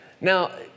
Now